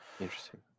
interesting